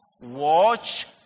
watch